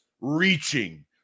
reaching